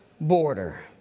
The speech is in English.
border